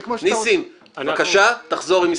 ניסים, בבקשה תחזור עם מספר.